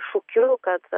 šūkiu kad